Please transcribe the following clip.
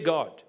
God